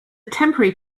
temporary